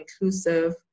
inclusive